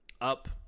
up